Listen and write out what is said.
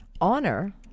honor